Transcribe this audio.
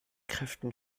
kräften